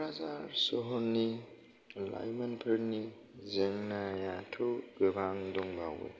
क'क्राझार सहरनि लाइमोनफोरनि जेंनायाथ' गोबां दंबावो